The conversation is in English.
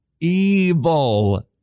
evil